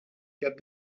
get